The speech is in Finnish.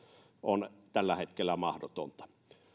on tällä hetkellä mahdoton käyttää